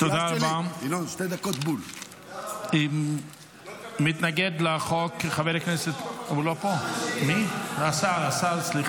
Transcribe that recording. --- אני קורא לחבריי חברי הכנסת לתמוך